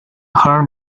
her